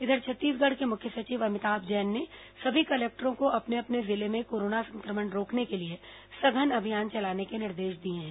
इधर छत्तीसगढ़ के मुख्य सचिव अमिताभ जैन ने सभी कलेक्टरों को अपने अपने जिलों में कोरोना संक्रमण रोकने के लिए सघन अभियान चलाने के निर्देश दिए हैं